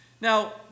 Now